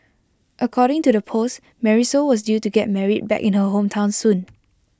according to the post Marisol was due to get married back in her hometown soon